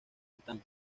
bután